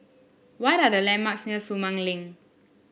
what are the landmarks near Sumang Link